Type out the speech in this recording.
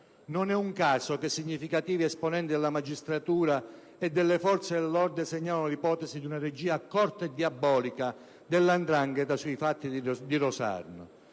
Non è un caso che significativi esponenti della magistratura e delle forze dell'ordine segnalino l'ipotesi di una regia accorta e diabolica della 'ndrangheta sui fatti di Rosarno.